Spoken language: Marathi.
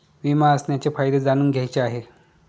विमा असण्याचे फायदे जाणून घ्यायचे आहे